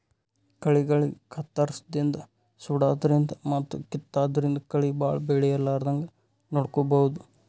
ಕಳಿಗಳಿಗ್ ಕತ್ತರ್ಸದಿನ್ದ್ ಸುಡಾದ್ರಿನ್ದ್ ಮತ್ತ್ ಕಿತ್ತಾದ್ರಿನ್ದ್ ಕಳಿ ಭಾಳ್ ಬೆಳಿಲಾರದಂಗ್ ನೋಡ್ಕೊಬಹುದ್